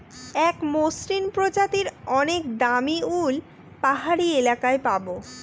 এক মসৃন প্রজাতির অনেক দামী উল পাহাড়ি এলাকায় পাবো